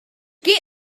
get